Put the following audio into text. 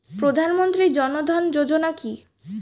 প্রধানমন্ত্রী জনধন যোজনা কি?